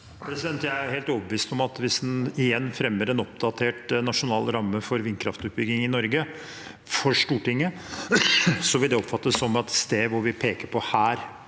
Jeg er helt over- bevist om at hvis en igjen fremmer en oppdatert nasjonal ramme for vindkraftutbygging i Norge for Stortin get, vil det oppfattes som et sted hvor vi peker på at